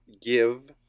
give